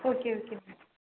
okay okay ma'am